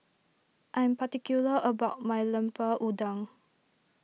I am particular about my Lemper Udang